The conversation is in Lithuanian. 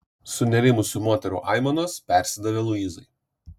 sunerimusių moterų aimanos persidavė luizai